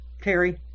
Carrie